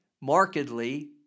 markedly